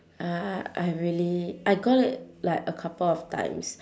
ah I really I got it like a couple of times